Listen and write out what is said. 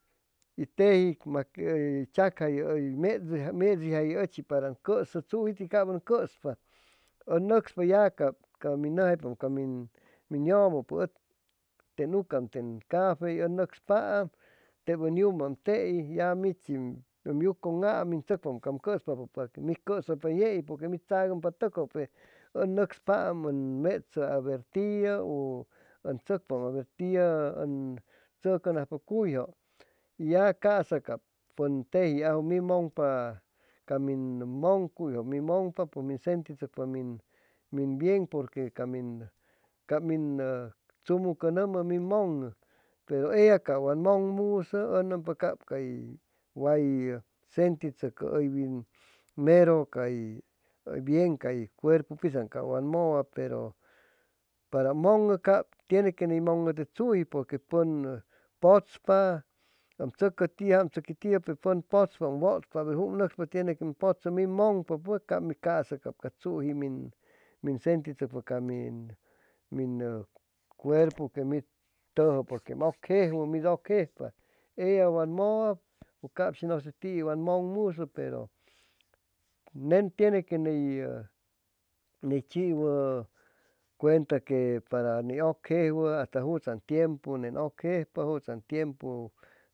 Y teji mas que u chacjayu um medi um mediajuyu uchi para que un cuuspa u nuespa ya cab cab min numjaypa ca min yu'mu pues u ten ucaan ten cafey u nucspaam teb ub yumaam teiy ya michim yucugn'am mi tsucpaam cam cuspapu para que mi cusuypa yeiy ya mi tsagumpa tucju pe u nucspaam u metsu a ver tiu u un tsucpa a ver tiu un tsucunajpa cuyyu ya cab casa pun teji ajuwu mid mugn'pa ca min muncunyju uni mugn'pa pumisentishucpapu bien pur que ca min ca min tsumucunumu ca mi mug'nu peru ella ca wa mug'musu u numpa ca cay way senti tsucu uywin meru cay uy bien cay cuerpu pitsan ca wa muwa peru para um mug'nu cab tiene que ni mug'nu te jam tsuqui tiu peru pun putspa wutu aber jutu que mi nucspa pi putspa tiene que um putsu mi mugn'pa pue cab mi casa ca tsuji mi sentishucpa ca min cuerpu que mit tujuu que mid ucjejuwu mid ucjejpa ella wad muwa cab shi muse shi tiu wa mugn'muse peru nen tiene que ney ni chiwu cuenta para que ni ucjejuwu asta jutsaan tiempu ucjejpa jutsuun tiempu